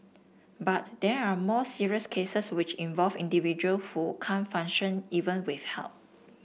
but there are more serious cases which involve individual who can't function even with help